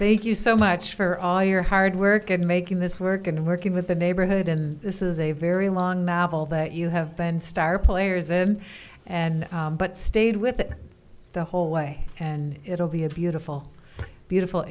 thank you so much for all your hard work in making this work and working with the neighborhood and this is a very long novel that you have been star players in and but stayed with it the whole way and it'll be a beautiful beautiful